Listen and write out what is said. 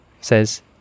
says